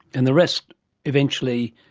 and the rest eventually,